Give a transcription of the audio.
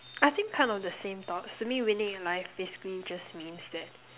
I think kind of the same thoughts to me winning in life basically just means that